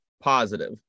positive